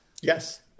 Yes